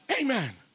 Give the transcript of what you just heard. Amen